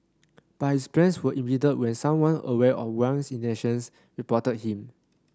but his plans were impeded when someone aware of Wang's intentions reported him